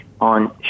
on